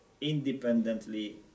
independently